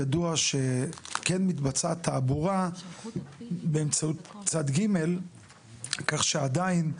ידוע שכן מתבצעת תעבורה באמצעות צד גימל כך שעדיין,